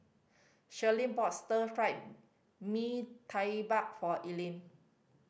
Sharlene bought Stir Fried Mee Tai Mak for Elaine